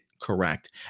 correct